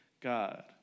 God